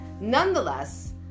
Nonetheless